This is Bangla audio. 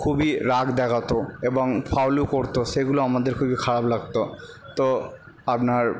খুবই রাগ দেখাতো এবং ফাউলও করতো সেগুলো আমাদের খুবই খারাপ লাগতো তো আপনার